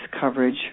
coverage